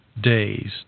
days